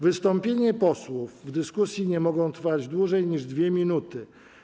Wystąpienia posłów w dyskusji nie mogą trwać dłużej niż 2 minuty.